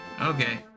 Okay